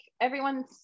everyone's